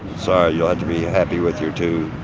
sorry. you'll have to be happy with your two